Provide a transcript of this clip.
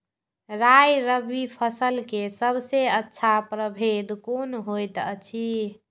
राय रबि फसल के सबसे अच्छा परभेद कोन होयत अछि?